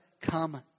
come